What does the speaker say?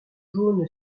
jaune